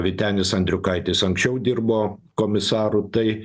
vytenis andriukaitis anksčiau dirbo komisaru tai